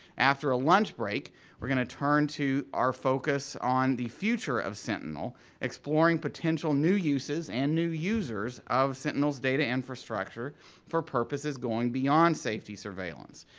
after a lunch break we're going to turn to our focus on the future of sentinel exploring potential new uses and new users of sentinel's data infrastructure for purposes going beyond safety surveillance.